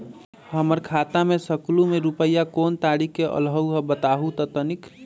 हमर खाता में सकलू से रूपया कोन तारीक के अलऊह बताहु त तनिक?